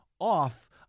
Off